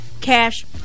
Cash